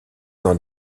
dans